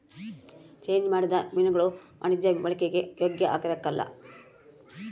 change ಮಾಡಿದ ಮೀನುಗುಳು ವಾಣಿಜ್ಯ ಬಳಿಕೆಗೆ ಯೋಗ್ಯ ಆಗಿರಕಲ್ಲ